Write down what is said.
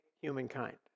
humankind